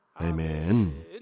Amen